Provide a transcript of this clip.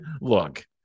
look